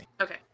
Okay